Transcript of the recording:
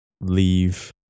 leave